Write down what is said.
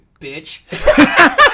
bitch